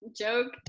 joke